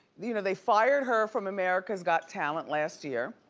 you know they fired her from america's got talent last year,